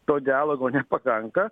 to dialogo nepakanka